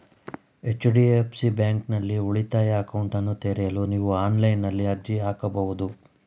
HDFC ಬ್ಯಾಂಕ್ನಲ್ಲಿ ಉಳಿತಾಯ ಅಕೌಂಟ್ನನ್ನ ತೆರೆಯಲು ನೀವು ಆನ್ಲೈನ್ನಲ್ಲಿ ಅರ್ಜಿ ಹಾಕಬಹುದು